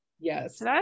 yes